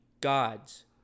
gods